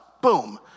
Boom